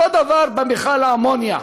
אותו דבר במכל האמוניה,